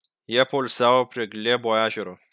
jie poilsiavo prie glėbo ežero